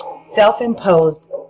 self-imposed